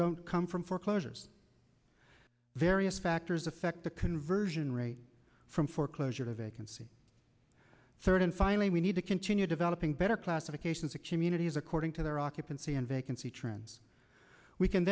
don't come from foreclosures various factors affect the conversion rate from foreclosure to vacancy certain finally we need to continue developing better classifications of communities according to their occupancy and vacancy trends we can